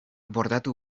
bordatu